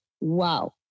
Wow